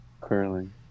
curling